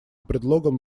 предлогом